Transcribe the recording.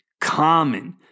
common